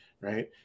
right